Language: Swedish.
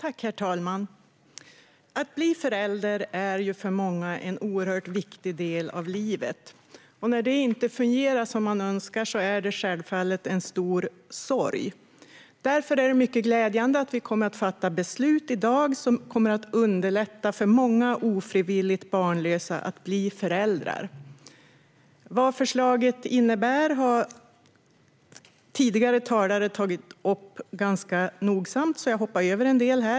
Herr talman! Att bli förälder är för många en oerhört viktig del av livet. När det inte fungerar som man önskar är det självfallet en stor sorg. Därför är det mycket glädjande att vi i dag kommer att fatta beslut som kommer att underlätta för många ofrivilligt barnlösa att bli föräldrar. Vad förslaget innebär har tidigare talare tagit upp ganska nogsamt, så jag hoppar över en del av det.